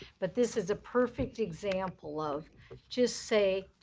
but this is a perfect example of just say,